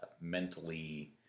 mentally